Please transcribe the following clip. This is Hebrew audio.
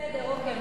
בסדר, אוקיי.